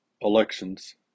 elections